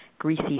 greasy